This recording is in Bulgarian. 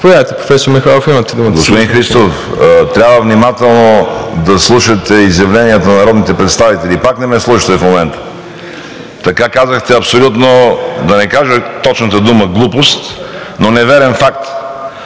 Господин Христов, трябва внимателно да слушате изявленията на народните представители и пак не ме слушате в момента. Така казахте, да не кажа точната дума, глупост, но неверен факт.